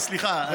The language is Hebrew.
כן, סליחה.